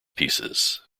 pieces